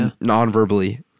non-verbally